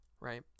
right